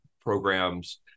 programs